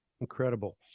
Incredible